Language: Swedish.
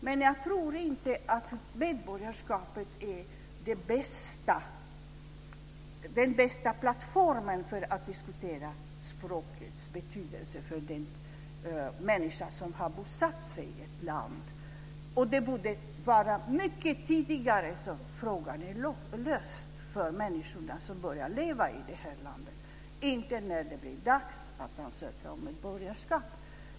Men jag tror inte att medborgarskapet är den bästa plattformen för att diskutera språkets betydelse för den människa som har bosatt sig i ett land. Den frågan borde vara löst mycket tidigare för människorna som börjar leva i det här landet, inte när det blir dags att ansöka om medborgarskap.